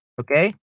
Okay